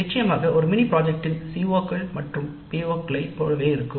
நிச்சயமாக ஒரு மினி திட்டத்தின் CO கள் PO களைப் போலவே இருக்கும்